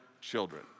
children